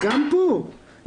גם פה.